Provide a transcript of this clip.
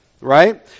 Right